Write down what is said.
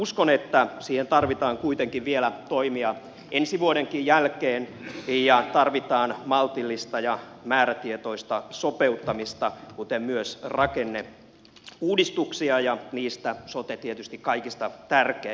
uskon että siihen tarvitaan kuitenkin vielä toimia ensi vuodenkin jälkeen ja tarvitaan maltillista ja määrätietoista sopeuttamista kuten myös rakenneuudistuksia ja niistä sote on tietysti kaikista tärkein